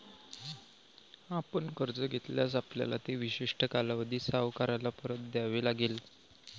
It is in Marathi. आपण कर्ज घेतल्यास, आपल्याला ते विशिष्ट कालावधीत सावकाराला परत द्यावे लागेल